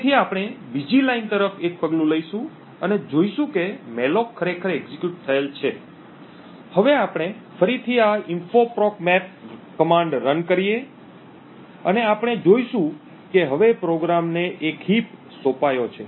તેથી આપણે બીજી લાઇન તરફ એક પગલું લઈશું અને જોઈશું કે મૅલોક ખરેખર એક્ઝેક્યુટ થયેલ છે હવે આપણે ફરીથી આ info proc map રન કરી શકીએ છીએ અને આપણે જોશું કે હવે પ્રોગ્રામને એક હીપ સોંપાયો છે